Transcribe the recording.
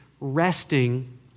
resting